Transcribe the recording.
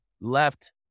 left